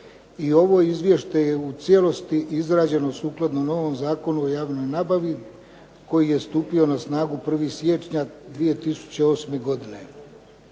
i ovo izvješće je u cijelosti izrađeno sukladno novom Zakonu o javnoj nabavi koji je stupio na snagu 1. siječnja 2008. godine.